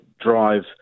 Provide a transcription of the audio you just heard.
drive